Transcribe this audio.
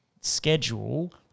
schedule